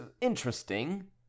interesting